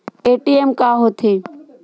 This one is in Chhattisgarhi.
ए.टी.एम का होथे?